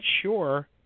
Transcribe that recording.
sure